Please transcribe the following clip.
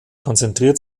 konzentriert